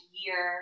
year